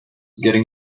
getting